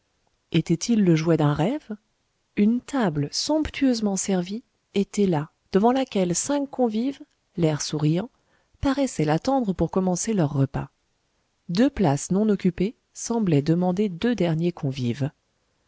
était-il le jouet d'un rêve une table somptueusement servie était là devant laquelle cinq convives l'air souriant paraissaient l'attendre pour commencer leur repas deux places non occupées semblaient demander deux derniers convives